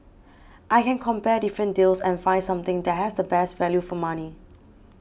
I can compare different deals and find something that has the best value for money